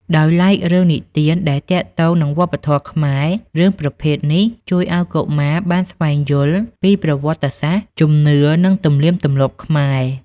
ដោយឡែករឿងនិទានដែលទាក់ទងនឹងវប្បធម៌ខ្មែរ រឿងប្រភេទនេះ ជួយឱ្យកុមារបានស្វែងយល់ពីប្រវត្តិសាស្ត្រ ជំនឿ និងទំនៀមទម្លាប់ខ្មែរ។